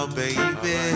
baby